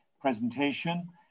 presentation